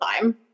time